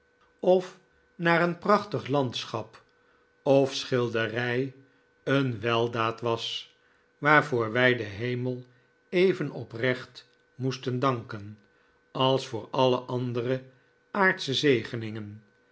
of naar een prachtig landschap of schilderij een weldaad was waarvoor wij den hemel even oprecht moesten danken als voor alle andere aardsche zegeningen